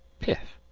piff!